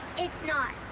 it's not.